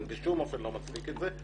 אני בשום אופן לא מצדיק את זה,